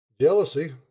Jealousy